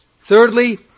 Thirdly